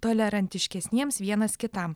tolerantiškesniems vienas kitam